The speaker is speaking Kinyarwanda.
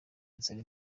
inzara